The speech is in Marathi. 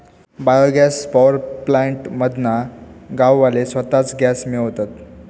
बायो गॅस पॉवर प्लॅन्ट मधना गाववाले स्वताच गॅस मिळवतत